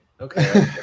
Okay